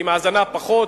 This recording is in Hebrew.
עם האזנה פחות,